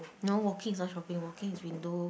no walking is not shopping walking is window